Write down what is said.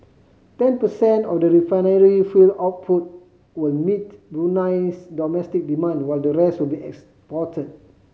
ten percent of the refinery fuel output will meet Brunei's domestic demand while the rest will be exported